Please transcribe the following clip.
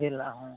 ᱡᱮᱞᱟ ᱦᱚᱸ